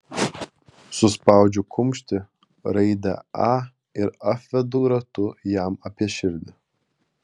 suspaudžiu kumštį raidę a ir apvedu ratu jam apie širdį